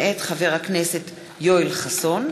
מאת חבר הכנסת יואל חסון,